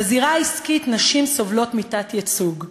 בזירה העסקית נשים סובלות מתת-ייצוג.